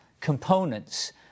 components